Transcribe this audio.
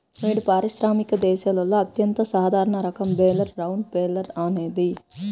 నేడు పారిశ్రామిక దేశాలలో అత్యంత సాధారణ రకం బేలర్ రౌండ్ బేలర్ అనేది